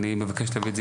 אני מבקש להביא את זה,